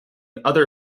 other